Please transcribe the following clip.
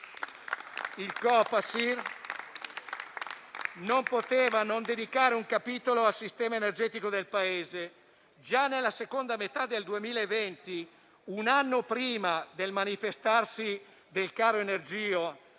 il Copasir non poteva non dedicare un capitolo al sistema energetico del Paese. Già nella seconda metà del 2020 - un anno prima del manifestarsi del caro energia,